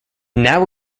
now